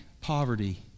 poverty